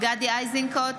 גדי איזנקוט,